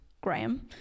Graham